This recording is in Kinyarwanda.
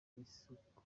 isuku